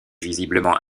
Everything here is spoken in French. visiblement